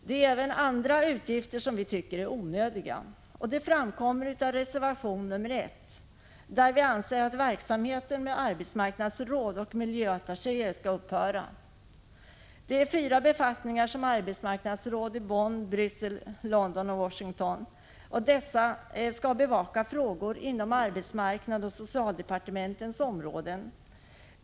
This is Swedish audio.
Det finns även andra utgifter som vi tycker är onödiga, och det framkommer av reservation 1. Där anser vi att verksamheten med arbetsmarknadsråd och miljöattaché skall upphöra. Det gäller fyra befattningar som arbetsmarknadsråd i Bonn, Bryssel, London och Washington. Dessa skall bevaka frågor inom arbetsmarknadsoch socialdepartementens områden.